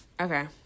Okay